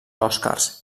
oscars